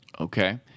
okay